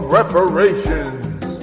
reparations